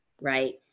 right